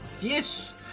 Yes